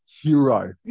hero